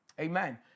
Amen